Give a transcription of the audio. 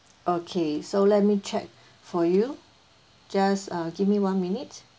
okay so let me check for you just uh give me one minute